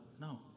no